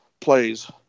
plays